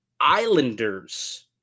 Islanders